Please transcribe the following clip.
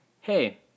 hey